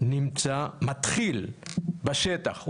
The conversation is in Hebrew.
מתחיל בשטח.